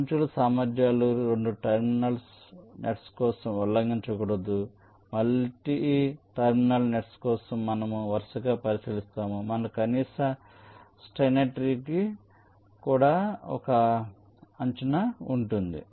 అంచుల సామర్థ్యాలు 2 terminal nets కోసం ఉల్లంఘించకూడదు మల్టీ టెర్మినల్ నెట్స్ కోసం మనము వరుసగా పరిశీలిస్తాము మనకు కనీస స్టైనర్ ట్రీ కు ఒక అంచనా ఉంటుంది